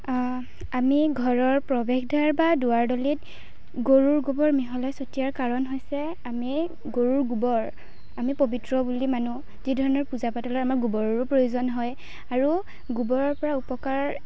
আমি ঘৰৰ প্ৰৱেশদ্বাৰ বা দুৱাৰদলিত গৰুৰ গোৱৰ মিহলাই চটিওৱাৰ কাৰণ হৈছে আমি গৰুৰ গোৱৰ আমি পবিত্ৰ বুলি মানোঁ যিধৰণৰ পূজা পাতলত গোবৰৰো প্ৰয়োজন হয় আৰু গোৱৰৰ পৰা উপকাৰ